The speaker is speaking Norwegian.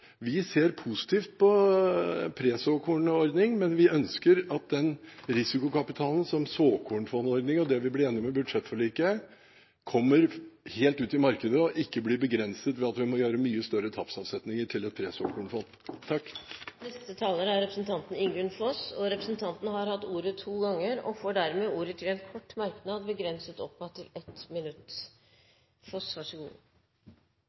Vi ser positivt på en pre-såkornordning, men vi ønsker at risikokapitalen ved såkornfondordningen og det vi ble enige om i budsjettforliket, kommer helt ut i markedet og ikke blir begrenset ved at vi må gjøre mye større tapsavsetninger til et pre-såkornfond. Bare en kort kommentar til